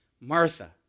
Martha